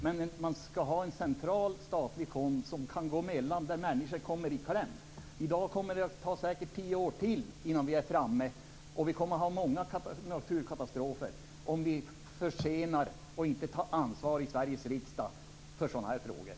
Men det skall vara en central statlig fond som kan gå emellan när människor kommer i kläm. Det kommer säkert att ta tio år till innan vi är framme, och det kommer att inträffa många naturkatastrofer. Därför får vi inte försena och underlåta att ta ansvar för sådana här frågor i Sveriges riksdag.